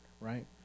right